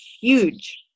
huge